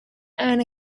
own